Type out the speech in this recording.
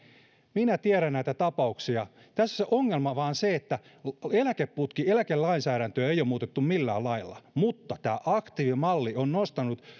minä tiedän näitä tapauksia tässä ongelma vain on se että eläkelainsäädäntöä ei ole muutettu millään lailla mutta tämä aktiivimalli on nostanut